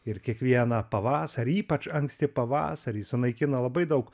ir kiekvieną pavasarį ypač anksti pavasarį sunaikina labai daug